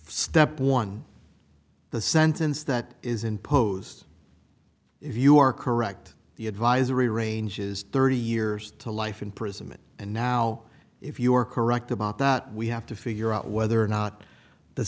step one the sentence that is imposed if you are correct the advisory ranges thirty years to life imprisonment and now if you are correct about that we have to figure out whether or not the